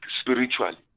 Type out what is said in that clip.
spiritually